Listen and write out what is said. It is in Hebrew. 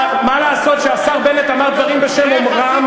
מה לעשות שהשר בנט אמר דברים בשם אומרם?